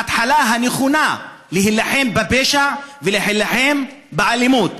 ההתחלה הנכונה להילחם בפשע ולהילחם באלימות.